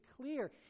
clear